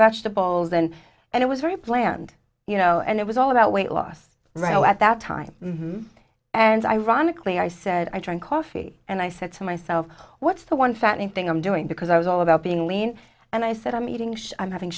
vegetables then and it was very bland you know and it was all about weight loss right now at that time and ironically i said i drank coffee and i said to myself what's the one fattening thing i'm doing because i was all about being lean and i said i'm eating i'm having